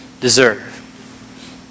deserve